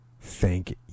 Thank